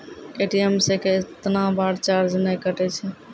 ATM से कैतना बार चार्ज नैय कटै छै?